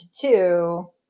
two